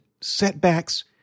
setbacks